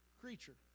creature